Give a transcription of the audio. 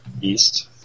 East